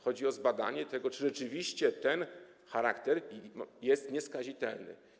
Chodzi o zbadanie tego, czy rzeczywiście ten charakter jest nieskazitelny.